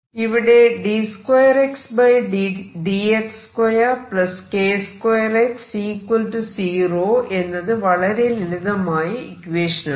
ഇവിടെ d2Xdx2k2X0 എന്നത് വളരെ ലളിതമായ ഇക്വേഷനാണ്